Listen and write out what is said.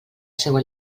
seua